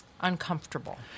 uncomfortable